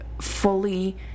fully